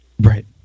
Right